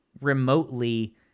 remotely